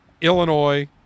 Illinois